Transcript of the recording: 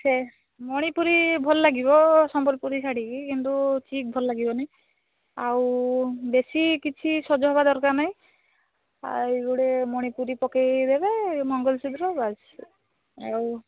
ସେ ମଣିପୁରୀ ଭଲଲାଗିବ ସମ୍ବଲପୁରୀ ଶାଢ଼ୀକି କିନ୍ତୁ ଚିପ୍ ଭଲଲାଗିବ ନି ଆଉ ବେଶୀ କିଛି ସଜହେବା ଦରକାର ନାହିଁ ଆଉ ଗୁଡ଼େ ମଣିପୁରୀ ପକେଇ ଦେବେ ମଙ୍ଗଳସୂତ୍ର ବାସ୍ ଆଉ